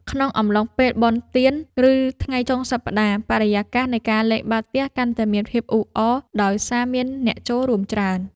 ក្នុងអំឡុងពេលបុណ្យទាន ឬថ្ងៃចុងសប្តាហ៍ បរិយាកាសនៃការលេងបាល់ទះកាន់តែមានភាពអ៊ូអរ ដោយសារមានអ្នកចូលរួមច្រើន។